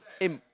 aim